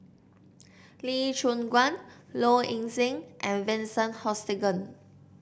Lee Choon Guan Low Ing Sing and Vincent Hoisington